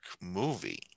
movie